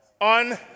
on